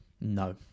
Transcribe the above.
no